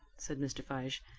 said mr. fyshe.